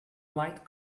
light